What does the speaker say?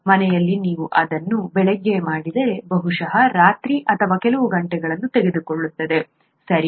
ಮನೆಯಲ್ಲಿ ನೀವು ಅದನ್ನು ಬೆಳಿಗ್ಗೆ ಮಾಡಿದರೆ ಬಹುಶಃ ರಾತ್ರಿ ಅಥವಾ ಕೆಲವು ಗಂಟೆಗಳನ್ನು ತೆಗೆದುಕೊಳ್ಳುತ್ತದೆ ಸರಿ